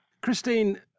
Christine